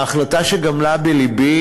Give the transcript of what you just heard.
ההחלטה שגמלה בלבי: